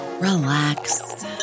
relax